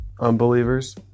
unbelievers